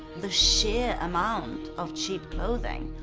the sheer amount of cheap clothing,